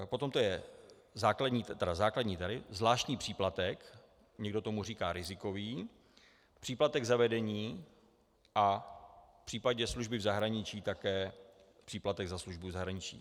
Potom to je základní tarif, zvláštní příplatek, někdo tomu říká rizikový, příplatek za vedení a v případě služby v zahraničí také příplatek za službu v zahraničí.